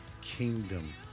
kingdom